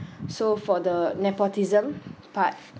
so for the nepotism part